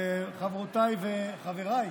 חברותיי וחבריי,